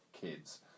kids